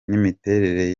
n’imiterere